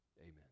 Amen